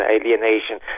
alienation